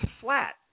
flat